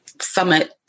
summit